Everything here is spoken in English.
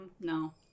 No